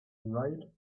right